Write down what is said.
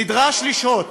נדרש לשהות